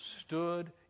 stood